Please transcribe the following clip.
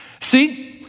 See